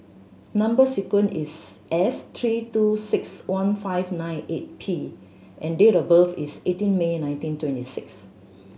number sequence is S three two six one five nine eight P and date of birth is eighteen May nineteen twenty six